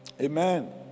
Amen